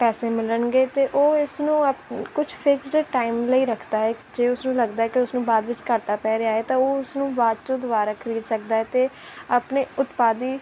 ਪੈਸੇ ਮਿਲਣਗੇ ਅਤੇ ਉਹ ਇਸ ਨੂੰ ਆ ਕੁਛ ਫਿਕਸਡ ਟਾਈਮ ਲਈ ਰੱਖਦਾ ਹੈ ਜੇ ਉਸ ਨੂੰ ਲੱਗਦਾ ਹੈ ਕਿ ਉਸ ਨੂੰ ਬਾਅਦ ਵਿੱਚ ਘਾਟਾ ਪੈ ਰਿਹਾ ਹੈ ਤਾਂ ਉਹ ਉਸ ਨੂੰ ਬਾਅਦ 'ਚ ਦੁਬਾਰਾ ਖ੍ਰੀਦ ਸਕਦਾ ਹੈ ਅਤੇ ਆਪਣੇ ਉਤਪਾਦ ਦੀ